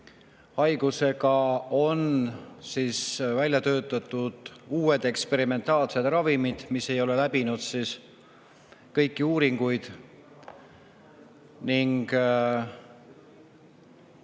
haigusega on välja töötatud uued eksperimentaalsed ravimid, mis ei ole läbinud kõiki uuringuid, ning